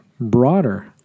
broader